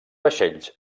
vaixells